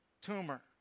tumor